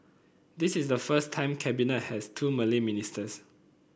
this is the first time Cabinet has two Malay ministers